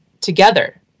together